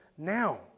Now